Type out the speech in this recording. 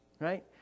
right